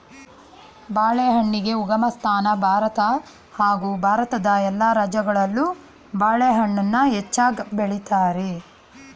ಬಾಳೆಹಣ್ಣಿಗೆ ಉಗಮಸ್ಥಾನ ಭಾರತ ಹಾಗೂ ಭಾರತದ ಎಲ್ಲ ರಾಜ್ಯಗಳಲ್ಲೂ ಬಾಳೆಹಣ್ಣನ್ನ ಹೆಚ್ಚಾಗ್ ಬೆಳಿತಾರೆ